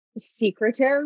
secretive